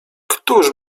któż